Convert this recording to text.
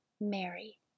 Mary